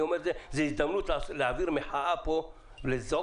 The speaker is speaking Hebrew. אני אומר שזאת הזדמנות להעביר כאן מחאה ולזעוק